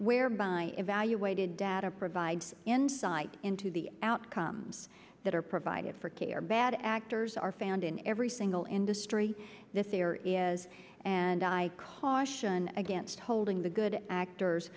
whereby evaluated data provides insight into the outcomes that are provided for care bad actors are found in every single industry this there is and i caution against holding the good actors